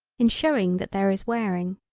in showing that there is wearing.